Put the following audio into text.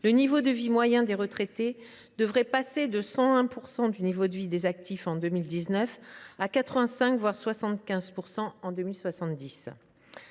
le niveau de vie moyen des retraités devrait passer de 101 % du niveau de vie des actifs en 2019 à 85 %, voire 75 % en 2070.